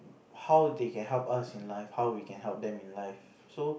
how they can help us in life how we can help them in life so